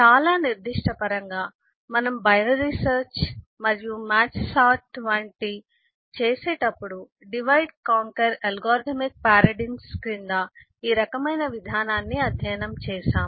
చాలా నిర్దిష్ట పరంగా మనము బైనరీ సెర్చ్ మరియు మ్యాచ్ సార్ట్ మరియు అలాంటి వాటిని చేసేటప్పుడు డివైడ్ కాంక్వెర్ అల్గోరిథమిక్ పారాడిగ్మ్స్ క్రింద ఈ రకమైన విధానాన్ని అధ్యయనం చేసాము